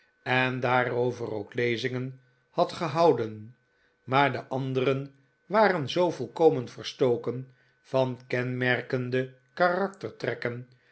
en daarover ook lezingen had gehouden maar de anderen waren zoo volkomen verstoken van kenmerkende